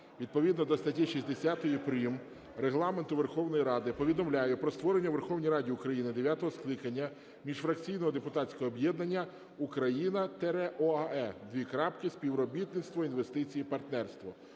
відповідно до статті 60 прим. Регламенту Верховної Ради повідомляю про створення у Верховній Раді України дев'ятого скликання міжфракційного депутатського об'єднання "Україна – ОАЕ: співробітництво, інвестиції, партнерство".